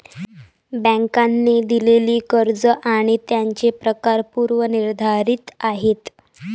बँकांनी दिलेली कर्ज आणि त्यांचे प्रकार पूर्व निर्धारित आहेत